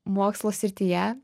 mokslo srityje